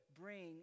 bring